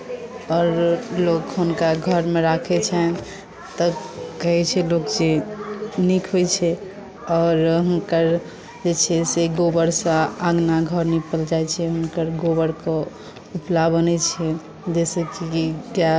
आओर लोक हुनका घरमे राखै छनि तऽ कहै छै लोक जे नीक होइत छै आओर हुनकर जे छै से गोबर सँ अङ्गना घर नीपल जाइत छै हुनकर गोबरक उपला बनैत छै जाहिसँ कि